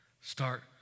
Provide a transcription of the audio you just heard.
Start